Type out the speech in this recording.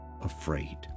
afraid